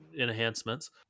enhancements